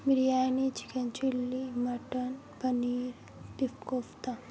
biryani chicken chilli mutton paneer ٹف کوفتہ